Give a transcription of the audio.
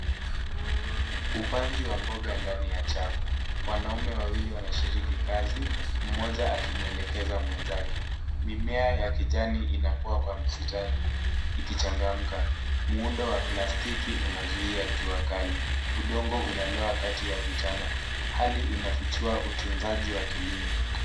Upanzi wa mboga ndani ya chafu. Wanaume wawili wanashiriki kazi, mmoja akimuelekeza mwenzake. Mimea ya kijani inakua kwa mistari ikichangamka. Muundo wa plastiki unazuia jua kali. Udongo unalowa kati ya vitanda. Hali inafichua utunzaji wa kilimo.